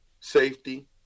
safety